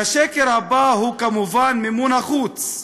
והשקר הבא הוא, כמובן, מימון החוץ,